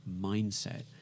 mindset